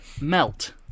melt